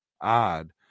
odd